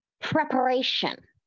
preparation